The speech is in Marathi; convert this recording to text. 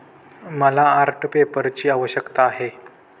मला आर्ट पेपरची आवश्यकता आहे